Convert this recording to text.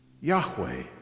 Yahweh